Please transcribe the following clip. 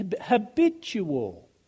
habitual